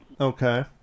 Okay